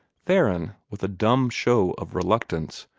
theron, with a dumb show of reluctance,